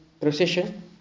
procession